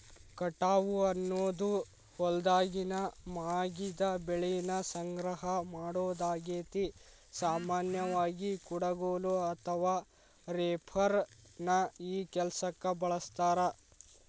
ಕಟಾವು ಅನ್ನೋದು ಹೊಲ್ದಾಗಿನ ಮಾಗಿದ ಬೆಳಿನ ಸಂಗ್ರಹ ಮಾಡೋದಾಗೇತಿ, ಸಾಮಾನ್ಯವಾಗಿ, ಕುಡಗೋಲು ಅಥವಾ ರೇಪರ್ ನ ಈ ಕೆಲ್ಸಕ್ಕ ಬಳಸ್ತಾರ